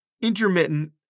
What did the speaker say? intermittent